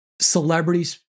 celebrities